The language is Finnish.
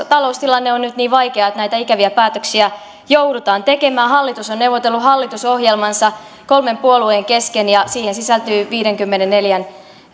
taloustilanne on nyt niin vaikea että näitä ikäviä päätöksiä joudutaan tekemään hallitus on neuvotellut hallitusohjelmansa kolmen puolueen kesken ja siihen sisältyy viidenkymmenenneljän